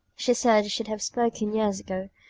she said she'd have spoken years ago,